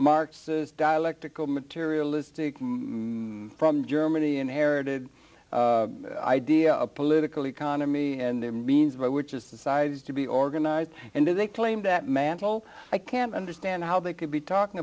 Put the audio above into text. marxist dialectical materialistic from germany inherited idea of political economy and their means by which is societies to be organized and then they claim that mantle i can't understand how they could be talking